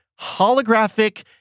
holographic